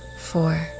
Four